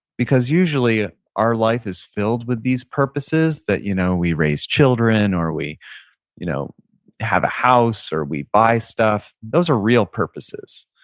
because usually our life is filled with these purposes that, you know, we raise children, or we you know have a house, or we buy stuff. those are real purposes.